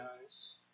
guys